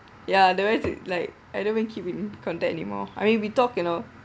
ya the rest like I don't even keep in contact anymore I mean we talk you know